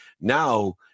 Now